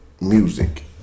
Music